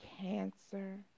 cancer